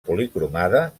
policromada